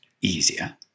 easier